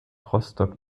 rostock